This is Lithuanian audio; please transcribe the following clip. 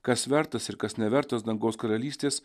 kas vertas ir kas nevertas dangaus karalystės